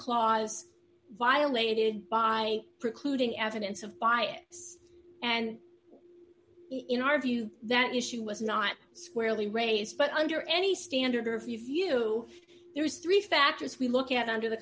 clause violated by precluding evidence of bias and in our view that issue was not squarely raised but under any standard review there is three factors we look at under the